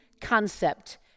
concept